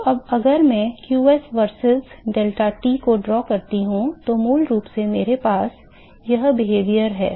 तो अब अगर मैं qs versus deltaT को ड्रॉ करता हूं तो मूल रूप से मेरे पास यह व्यवहार है